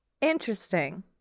Interesting